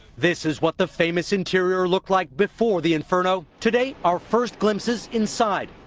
this is what the famous interior looked like before the inferno. today our first glimpses inside,